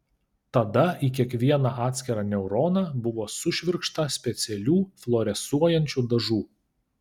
tada į kiekvieną atskirą neuroną buvo sušvirkšta specialių fluorescuojančių dažų